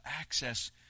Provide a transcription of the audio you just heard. access